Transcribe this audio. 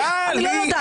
אני לא יודעת.